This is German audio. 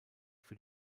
für